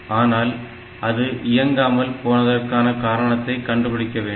ஆனால் அது இயங்காமல் போனதற்கான காரணத்தை கண்டுபிடிக்க வேண்டும்